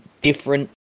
different